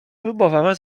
próbowała